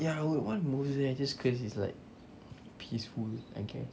ya I would want move there just cause it's like peaceful I guess